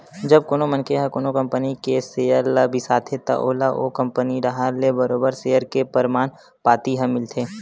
जब कोनो मनखे ह कोनो कंपनी के सेयर ल बिसाथे त ओला ओ कंपनी डाहर ले बरोबर सेयर के परमान पाती ह मिलथे